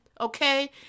okay